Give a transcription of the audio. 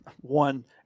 one